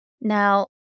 Now